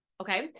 Okay